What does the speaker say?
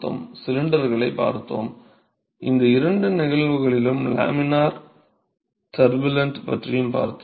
சிலிண்டர்களைப் பார்த்தோம் இந்த இரண்டு நிகழ்வுகளிலும் லேமினார் டர்புலன்ட் பற்றியும் பார்த்தோம்